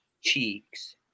cheeks